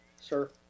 sir